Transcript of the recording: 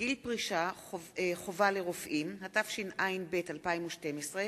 גיל פרישה חובה לרופאים), התשע"ב 2012,